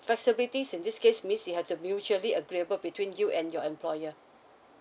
flexibilities in this case means you have to mutually agreeable between you and your employer